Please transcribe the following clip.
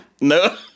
no